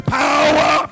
power